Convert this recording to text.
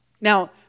Now